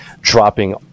dropping